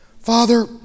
Father